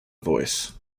voice